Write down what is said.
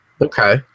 Okay